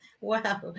Wow